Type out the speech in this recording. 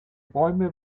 bäume